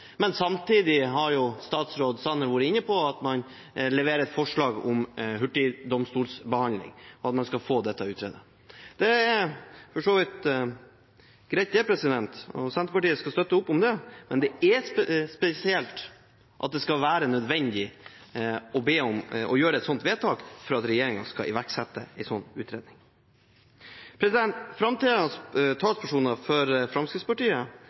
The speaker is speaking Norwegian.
men samtidig har statsråd Sanner vært inne på at man leverer et forslag om hurtigdomstolsbehandling, og at man skal få dette utredet. Det er for så vidt greit, og Senterpartiet skal støtte opp om det, men det er spesielt at det skal være nødvendig å be om å gjøre et sånt vedtak for at regjeringen skal iverksette en sånn utredning. Talspersoner for Fremskrittspartiet